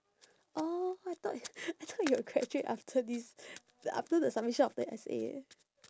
oh I thought y~ I thought you will graduate after this after the submission of the essay eh